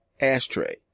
ashtray